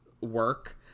work